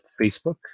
Facebook